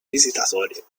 visitatori